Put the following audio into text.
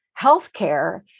healthcare